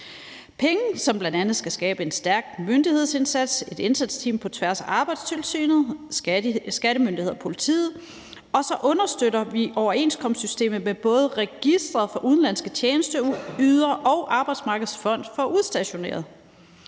penge, som bl.a. skal skabe en stærk myndighedsindsats og et indsatsteam på tværs af Arbejdstilsynet, skattemyndighederne og politiet. Og så understøtter vi overenskomstsystemet med både Registeret for Udenlandske Tjenesteydere og Arbejdsmarkedets Fond for Udstationerede.